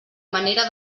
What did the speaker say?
manera